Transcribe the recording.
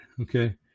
Okay